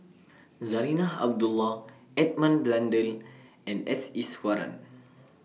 Zarinah Abdullah Edmund Blundell and S Iswaran